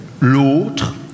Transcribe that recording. l'autre